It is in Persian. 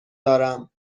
دارم